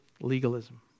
legalism